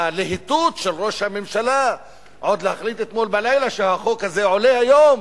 והלהיטות של ראש הממשלה להחליט עוד אתמול בלילה שהחוק הזה יעלה היום,